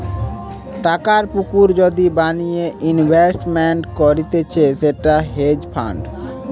টাকার পুকুর যদি বানিয়ে ইনভেস্টমেন্ট করতিছে সেটা হেজ ফান্ড